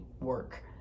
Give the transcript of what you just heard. work